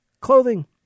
clothing